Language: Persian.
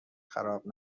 خراب